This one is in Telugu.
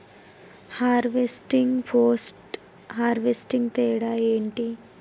హార్వెస్టింగ్, పోస్ట్ హార్వెస్టింగ్ తేడా ఏంటి?